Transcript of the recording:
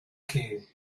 que